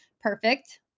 perfect